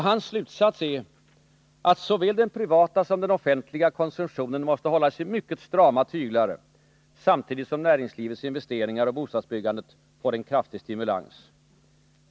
Hans slutsats är att såväl den privata som den offentliga konsumtionen måste hållas i mycket strama tyglar, samtidigt som näringslivets investeringar och bostadsbyggandet får en kraftig stimulans.